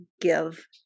give